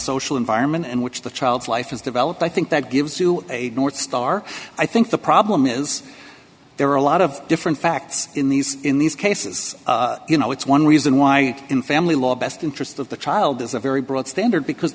social environment in which the child's life is developed i think that gives you a northstar i think the problem is there are a lot of different facts in these in these cases you know it's one reason why in family law best interest of the child is a very broad standard because